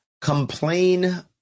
complain